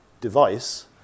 device